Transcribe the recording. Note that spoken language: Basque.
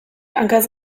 hankaz